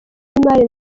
n’imari